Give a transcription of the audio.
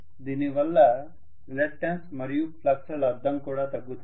దీనివల్ల రిలక్టన్స్ మరియు ఫ్లక్స్ ల లబ్దం కూడా తగ్గుతుంది